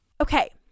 Okay